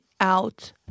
out